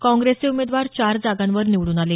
काँग्रेसचे उमेदवार चार जागांवर निवडून आले